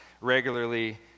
regularly